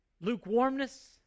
lukewarmness